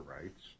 rights